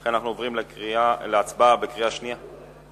ולכן אנחנו עוברים להצבעה בקריאה שנייה על